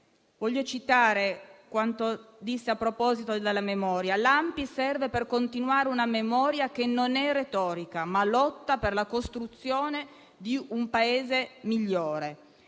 Voglio citare quanto disse a proposito della memoria: l'ANPI «serve per continuare una memoria che non è retorica, ma lotta per la costruzione di un Paese migliore».